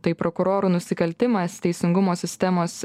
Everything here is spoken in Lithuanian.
tai prokurorų nusikaltimas teisingumo sistemos